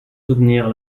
soutenir